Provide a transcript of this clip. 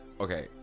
Okay